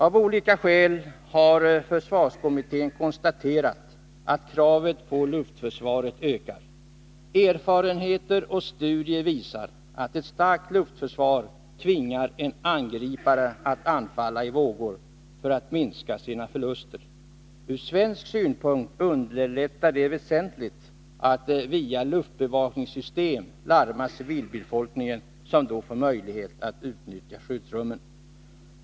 Av olika skäl har försvarskommittén konstaterat att kravet på luftförsvaret ökar. Erfarenheter och studier visar att ett starkt luftförsvar tvingar en angripare att anfalla i vågor för att minska sina förluster. Ur svensk synpunkt underlättar det väsentligt att via luftbevakningssystem larma civilbefolkningen, som då får möjlighet att utnyttja skyddsrummen.